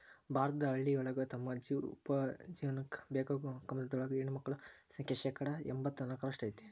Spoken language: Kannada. ಭಾರತದ ಹಳ್ಳಿಗಳೊಳಗ ತಮ್ಮ ಉಪಜೇವನಕ್ಕ ಬೇಕಾಗೋ ಕಮತದೊಳಗ ಹೆಣ್ಣಮಕ್ಕಳ ಸಂಖ್ಯೆ ಶೇಕಡಾ ಎಂಬತ್ ನಾಲ್ಕರಷ್ಟ್ ಐತಿ